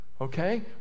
Okay